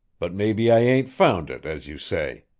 but maybe i ain't found it, as you say.